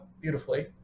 beautifully